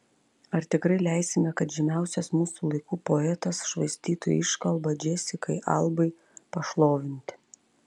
ar tikrai leisime kad žymiausias mūsų laikų poetas švaistytų iškalbą džesikai albai pašlovinti